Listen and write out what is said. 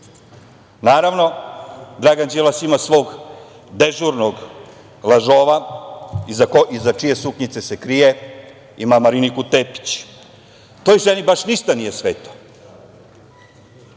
Naravno, Dragan Đilas ima svog dežurnog lažova iza čije suknjice se krije, ima Mariniku Tepić. Toj ženi baš ništa nije sveto.